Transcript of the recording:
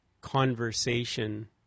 conversation